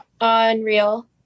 Unreal